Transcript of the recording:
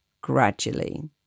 gradually